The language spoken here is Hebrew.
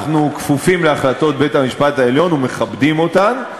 אנחנו כפופים להחלטות בית-המשפט העליון ומכבדים אותן,